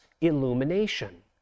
illumination